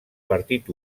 partit